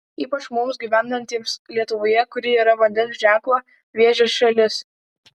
ypač mums gyvenantiems lietuvoje kuri yra vandens ženklo vėžio šalis